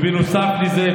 ונוסף לזה,